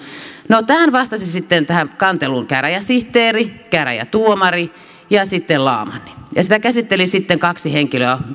no tähän kanteluun vastasivat sitten käräjäsihteeri käräjätuomari ja sitten laamanni ja sitä käsitteli sitten kaksi henkilöä